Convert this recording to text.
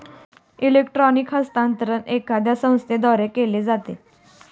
electronic हस्तांतरण एखाद्या संस्थेद्वारे केले जाते